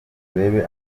urebe